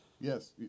Yes